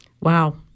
Wow